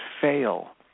fail